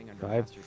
Five